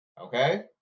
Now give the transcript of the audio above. Okay